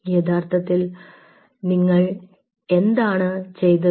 യഥാർത്ഥത്തിൽ നിങ്ങൾ എന്താണ് ചെയ്തത്